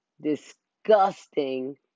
disgusting